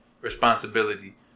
responsibility